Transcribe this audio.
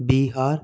Bihar